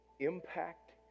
impact